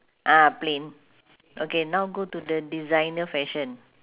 ah plain okay now go to the designer fashion